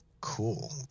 cool